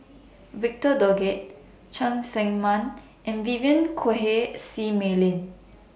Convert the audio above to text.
Victor Doggett Cheng Tsang Man and Vivien Quahe Seah Mei Lin